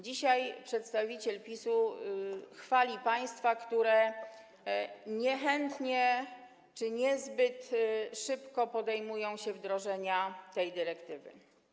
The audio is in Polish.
Dzisiaj przedstawiciel PiS-u chwalił państwa, które niechętnie czy niezbyt szybko podejmują się wdrożenia tej dyrektywy.